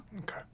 Okay